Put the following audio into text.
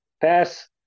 pass